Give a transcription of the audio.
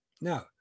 Now